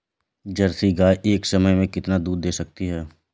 Jersey गाय एक समय में कितना दूध दे सकती है?